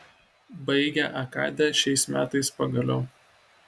baigė akadę šiais metais pagaliau